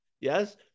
yes